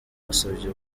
nasabye